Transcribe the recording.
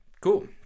cool